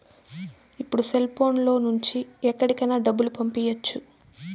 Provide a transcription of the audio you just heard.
ఇప్పుడు సెల్ఫోన్ లో నుంచి ఎక్కడికైనా డబ్బులు పంపియ్యచ్చు